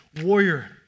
warrior